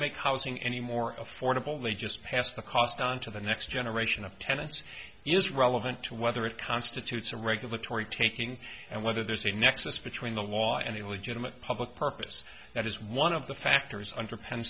make housing any more affordable they just pass the cost on to the next generation of tenants is relevant to whether it constitutes a regulatory taking and whether there's a nexus between the law and the legitimate public purpose that is one of the factors under penn